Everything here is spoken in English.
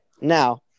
Now